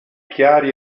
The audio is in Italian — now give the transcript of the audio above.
chiari